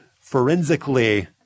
forensically